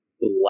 black